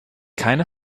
keine